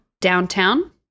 downtown